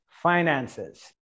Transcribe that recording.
finances